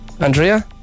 Andrea